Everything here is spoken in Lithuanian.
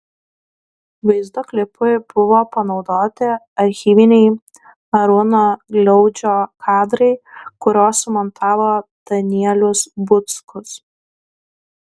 vaizdo klipui buvo panaudoti archyviniai arūno gliaudžio kadrai kuriuos sumontavo danielius buckus